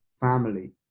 family